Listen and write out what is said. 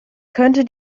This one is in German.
könnte